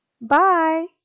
Bye